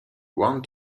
one